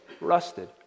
rusted